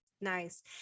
Nice